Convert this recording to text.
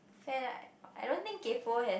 fair right I don't think kaypoh has